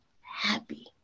happy